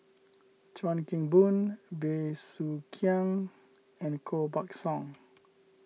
Chuan Keng Boon Bey Soo Khiang and Koh Buck Song